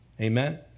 Amen